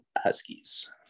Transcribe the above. Huskies